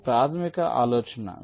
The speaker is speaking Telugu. ఇది ప్రాథమిక ఆలోచన